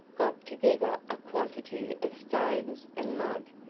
got together a quantity of stones and mud,